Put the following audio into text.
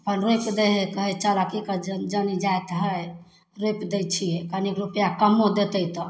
अपन रोपि दै हइ कहै चलऽ कि करबै जनि जाति हइ रोपि दै छिए कनि रुपैआ कम्मो देते तऽ